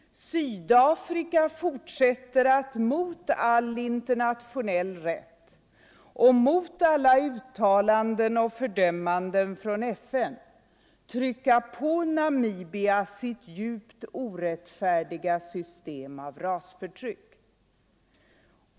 Sydafrika fortsätter att mot all internationell rätt och mot alla uttalanden och fördömanden från FN trycka på Namibia sitt djupt orättfärdiga system av rasförtryck.